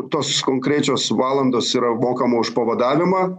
tos konkrečios valandos yra mokama už pavadavimą